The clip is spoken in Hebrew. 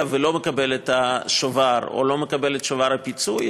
ולא מקבל את השובר או לא מקבל את שובר הפיצוי.